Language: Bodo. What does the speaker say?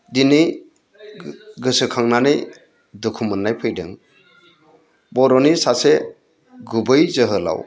दिनै गोसोखांनानै दुखु मोननाय फैदों बर'नि सासे गुबै जोहोलाव